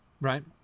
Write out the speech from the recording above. right